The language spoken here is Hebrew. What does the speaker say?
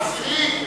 עשירית.